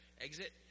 exit